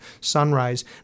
Sunrise